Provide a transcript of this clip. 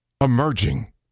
emerging